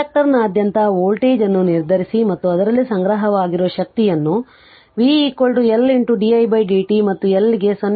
ಇಂಡಕ್ಟರ್ನಾದ್ಯಂತ voltage ಅನ್ನು ನಿರ್ಧರಿಸಿ ಮತ್ತು ಅದರಲ್ಲಿ ಸಂಗ್ರಹವಾಗಿರುವ ಶಕ್ತಿಯನ್ನು v L didt ಮತ್ತು L ಗೆ 0